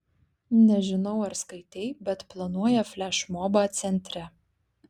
nežinau ar skaitei bet planuoja flešmobą centre